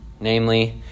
Namely